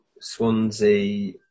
Swansea